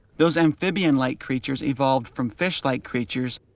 those amphibian-like creatures evolved from fish-like creatures,